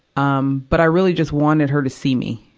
um but i really just wanted her to see me,